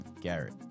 Garrett